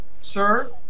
Sir